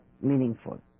meaningful